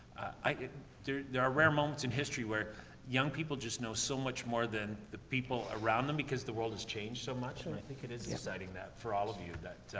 i there, there are rare moments in history where young people just know so much more than the people around them, because the world has changed so much. and i think it is exciting that, for all of you, that,